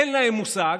אין להם מושג,